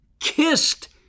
kissed